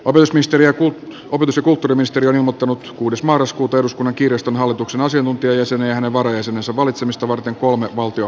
opetusministeriö pyysi cup mestari on muttunut kuudes marraskuuta asiantuntijajäsenen ja hänen varajäsenensä valitsemista varten kolme valtionhallinnon asiantuntijaa